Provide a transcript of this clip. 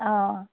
অঁ